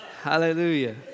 Hallelujah